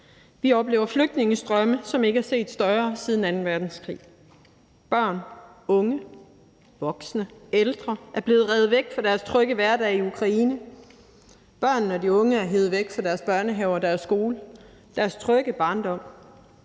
Vi oplever flygtningestrømme, som ikke er set større siden anden verdenskrig. Børn, unge, voksne og ældre er blevet revet væk fra deres trygge hverdag i Ukraine. Børnene og de unge er hevet væk fra deres børnehave og deres skole, deres trygge barndom.